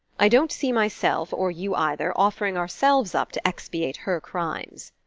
i don't see myself or you either offering ourselves up to expiate her crimes.